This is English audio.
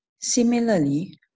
Similarly